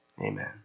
Amen